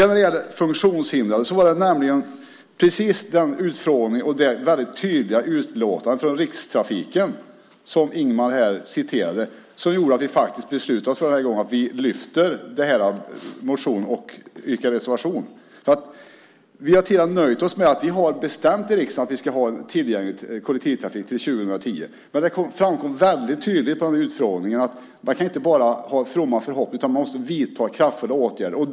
När det gäller funktionshindrade var det precis denna utfrågning och det väldigt tydliga utlåtande från Rikstrafiken som Ingemar här citerade som gjorde att vi beslutade oss för att lyfta fram den här motionen och reservera oss. Vi har tidigare nöjt oss med att vi i riksdagen har bestämt att vi ska ha en tillgänglig kollektivtrafik år 2010, men under utfrågningen framkom det väldigt tydligt att man inte bara kan ha fromma förhoppningar utan också måste vidta kraftfulla åtgärder.